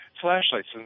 flashlights